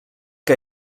que